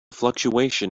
fluctuation